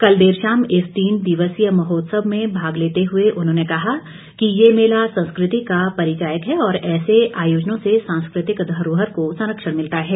कल देर शाम इस तीन दिवसीय महोत्सव में भाग लेते हुए उन्होंने कहा कि ये मेला संस्कृति का परिचायक है और ऐसे आयोजनों से सांस्कृतिक धरोहर को संरक्षण मिलता है